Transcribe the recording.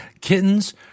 Kittens